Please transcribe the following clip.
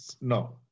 no